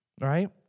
right